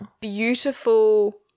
beautiful